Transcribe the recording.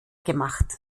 gemacht